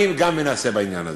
אני גם מנסה בעניין הזה.